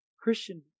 Christian